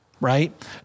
Right